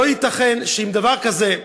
לא ייתכן שאם דבר כזה,